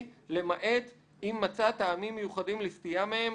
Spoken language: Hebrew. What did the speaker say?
למעט אם מצא טעמים מיוחדים לסטייה מהם,